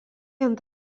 ant